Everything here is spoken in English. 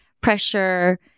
pressure